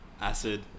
acid